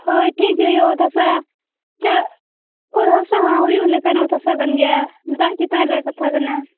ᱦᱳᱭ ᱴᱷᱤᱠ ᱜᱮ ᱦᱩᱭᱩᱜᱼᱟ ᱚᱛ ᱦᱟᱥᱟ ᱪᱟᱜ ᱚᱛ ᱦᱟᱥᱟ ᱦᱚᱸ ᱦᱩᱭᱩᱜ ᱞᱮᱠᱟᱱ ᱚᱛ ᱦᱟᱥᱟ ᱠᱟᱱ ᱜᱮᱭᱟ ᱫᱟᱜ ᱪᱮᱛᱟᱱ ᱨᱮ ᱠᱟᱛᱷᱟ ᱠᱟᱱᱟ